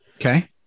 Okay